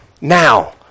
now